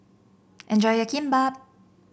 enjoy your Kimbap